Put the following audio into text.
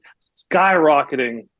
skyrocketing